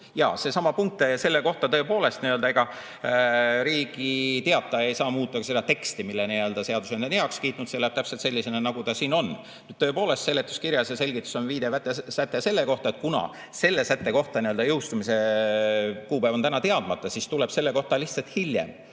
Jaa, seesama punkt selle kohta, tõepoolest, ega Riigi Teataja ei saa muuta teksti, mille seadusandja on heaks kiitnud, see läheb täpselt sellisena, nagu see siin on. Nüüd tõepoolest, seletuskirjas ja selgituses on viide, säte selle kohta, et kuna selle sätte puhul jõustumise kuupäev on täna teadmata, siis tuleb selle kohta lihtsalt hiljem